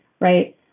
right